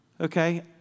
okay